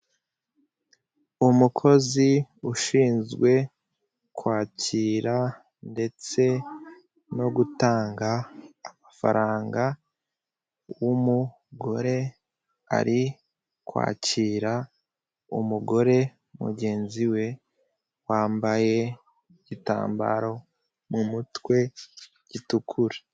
Umukozi ushinzwe kwakira ndetse no gutanga amafaranga w'umugore ari kwakira umugore mugenzi we wambaye igitambaro mu mutwe gitukura.